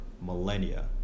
millennia